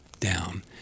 down